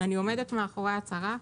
ואני עומדת מאחורי ההצהרה,